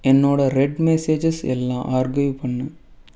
என்னோடய read messages எல்லாம் archive பண்ணு